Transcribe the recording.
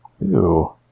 Ew